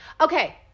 Okay